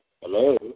Hello